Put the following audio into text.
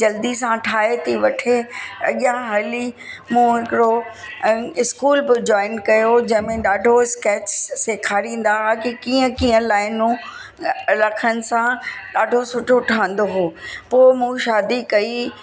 जल्दी सां ठाहे थी वठे अॻियां हली मूं हिकिड़ो ऐं इस्कूल बि जॉइन कयो जंहिं में ॾाढो स्कैच सेखारींदा हा कि कीअं कीअं लाइनूं रखनि सां ॾाढो सुठो ठहंदो हुओ पोइ मूं शादी कई